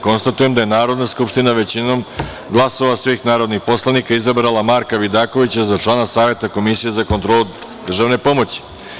Konstatujem da je Narodna skupština većinom glasova svih narodnih poslanika izabrala Marka Vidakovića za člana Saveta Komisije za kontrolu državne pomoći.